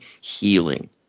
healing